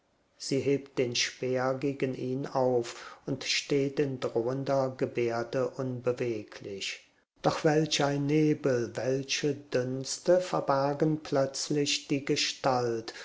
sie hebt den speer gegen ihn auf und steht in drohender gebärde unbeweglich doch welch ein nebel welche dünste verbergen plötzlich die gestalt